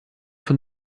von